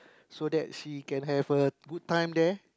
so that she can have a good time there